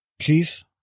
Chief